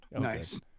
Nice